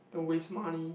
don't waste money